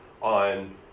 on